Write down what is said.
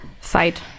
fight